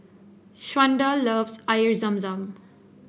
Shawnda loves Air Zam Zam